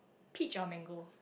peach or mango